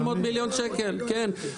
400 מיליון שקל, כן.